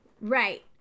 Right